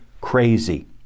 crazy